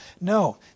No